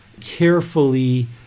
carefully